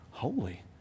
holy